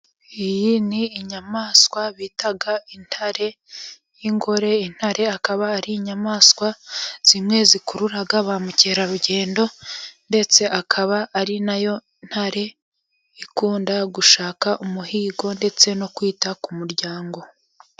Iyi ni inyamaswa bita intare y'ingore, intare akaba ari inyamaswa zimwe zikurura ba mukerarugendo, ndetse akaba ari nayo ntare ikunda gushaka umuhigo, ndetse no kwita ku muryango.